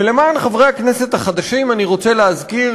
ולמען חברי הכנסת החדשים אני רוצה להזכיר,